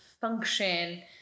function